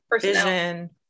vision